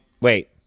Wait